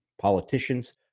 Politicians